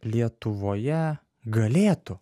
lietuvoje galėtų